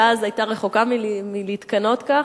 שאז היתה רחוקה מלהתכנות כך,